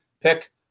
pick